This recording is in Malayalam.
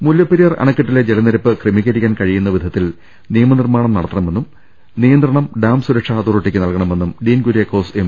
മുല്ലപ്പെരിയാർ അണക്കെട്ടിലെ ജലനിരപ്പ് ക്രമീകരിക്കാൻ കഴിയുന്ന വിധത്തിൽ നിയമനിർമ്മാണം നടത്തണമെന്നും നിയന്ത്രണം ഡാം സുരക്ഷാ അതോറിറ്റിക്ക് നൽകണമെന്നും ഡീൻ കുര്യാക്കോസ് എം